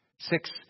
Six